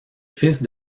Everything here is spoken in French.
fils